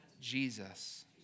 Jesus